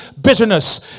bitterness